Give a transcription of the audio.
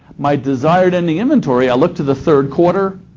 my desired ending inventory i look to the third quarter,